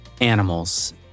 animals